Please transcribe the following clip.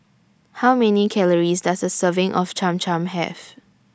How Many Calories Does A Serving of Cham Cham Have